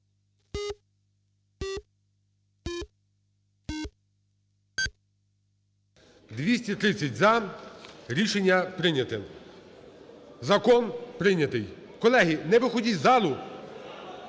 230 – за. Рішення прийняте. Закон прийнятий. Колеги, не виходіть із залу,